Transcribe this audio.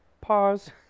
pause